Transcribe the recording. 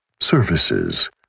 Services